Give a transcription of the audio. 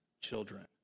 children